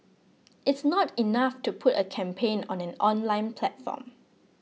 it's not enough to put a campaign on an online platform